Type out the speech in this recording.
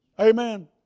Amen